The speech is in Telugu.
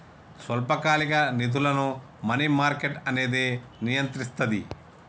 స్వల్పకాలిక నిధులను మనీ మార్కెట్ అనేది నియంత్రిస్తది